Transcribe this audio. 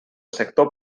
sector